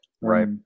Right